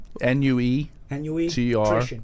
N-U-E-T-R